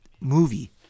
movie